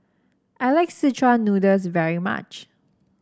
I like Szechuan Noodles very much